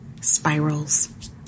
spirals